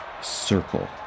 circle